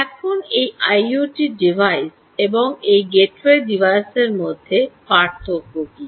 এখন এই IoT device এবং এই গেটওয়ে ডিভাইসের মধ্যে পার্থক্য কী